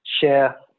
share